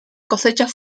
cosechas